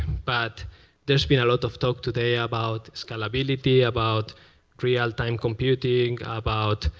but there's been a lot of talk today about scalability, about realtime computing, about